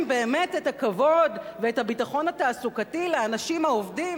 באמת את הכבוד ואת הביטחון התעסוקתי לאנשים העובדים,